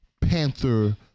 Panther